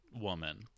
woman